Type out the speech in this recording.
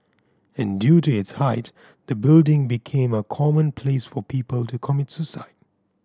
and due to its height the building became a common place for people to commit suicide